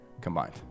combined